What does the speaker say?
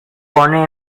pone